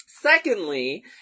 Secondly